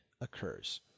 occurs